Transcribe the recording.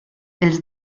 els